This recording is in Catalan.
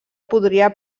podria